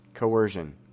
Coercion